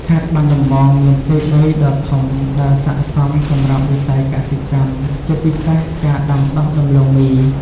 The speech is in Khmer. ខេត្តបាត់ដំបងមានផ្ទៃដីដ៏ធំដែលស័ក្តិសមសម្រាប់វិស័យកសិកម្ម ជាពិសេសការដាំដុះដំឡូងមី។